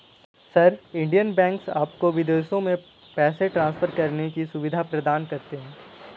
sir, Indian banks आपको विदेशों में पैसे ट्रान्सफर करने की सुविधा प्रदान करते हैं